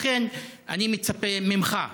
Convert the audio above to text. לכן אני מצפה ממך,